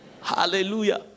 Hallelujah